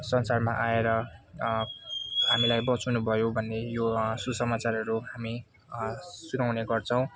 संसारमा आएर हामीलाई बचाउनु भयो भन्ने यो सुसमाचारहरू हामी सुनाउने गर्छौँ